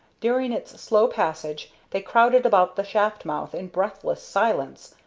during its slow passage they crowded about the shaft-mouth in breathless silence,